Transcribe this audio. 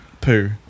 poo